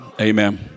Amen